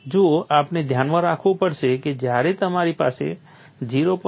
જુઓ આપણે ધ્યાનમાં રાખવું પડશે કે જ્યારે તમારી પાસે 0